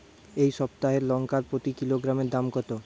এই সপ্তাহের লঙ্কার প্রতি কিলোগ্রামে দাম কত?